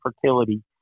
fertility